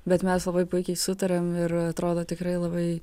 bet mes labai puikiai sutariam ir atrodo tikrai labai